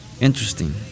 Interesting